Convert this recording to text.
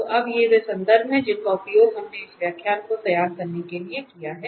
और अब ये वे संदर्भ हैं जिनका उपयोग हमने इस व्याख्यान को तैयार करने के लिए किया है